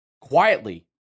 Quietly